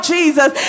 Jesus